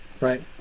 right